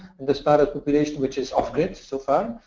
and as far as population which is off-grid, so far.